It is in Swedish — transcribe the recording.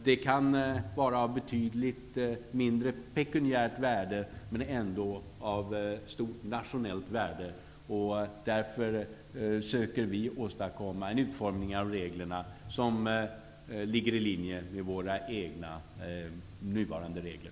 Detta kan vara av betydligt mindre pekuniärt värde men ändå av stort nationellt värde, och därför söker vi åstadkomma en utformning av reglerna som ligger i linje med våra egna nuvarande regler.